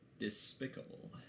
Despicable